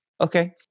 Okay